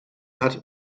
hatte